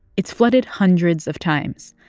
it's flooded hundreds of times.